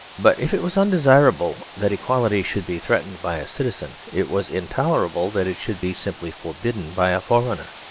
but if it was undesirable that equality should be threatened by a citizen, it was intolerable that it should be simply forbidden by a foreigner.